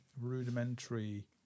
rudimentary